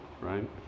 right